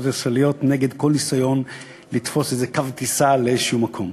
הישראליות נגד כל ניסיון לתפוס איזה קו טיסה לאיזה מקום.